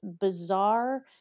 bizarre